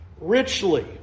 richly